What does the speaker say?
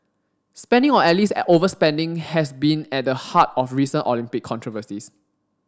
spending or at least overspending has been at the heart of recent Olympic controversies